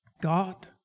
God